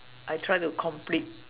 I try to complete